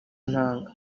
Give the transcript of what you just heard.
intanga